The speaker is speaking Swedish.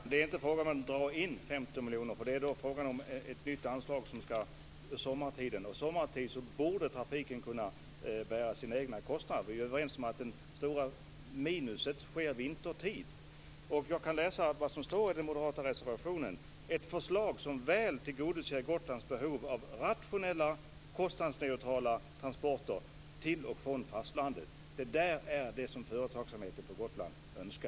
Fru talman! Det är inte fråga om att dra in 15 miljoner, Lilian. Det är fråga om ett nytt anslag för sommartiden, och då borde trafiken kunna bära sina egna kostnader. Vi är ju överens om att det stora minuset kommer vintertid. Jag kan läsa vad som står i den moderata reservationen: "- ett förslag som väl tillgodoser Gotlands behov av rationella, kostnadsneutrala transporter till och från fastlandet." Det är vad företagsamheten på